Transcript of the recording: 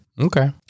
Okay